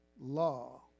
law